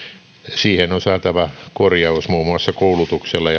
siihen on saatava korjaus muun muassa koulutuksella